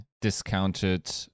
discounted